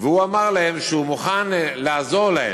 ואמר להם שהוא מוכן לעזור להם,